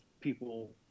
people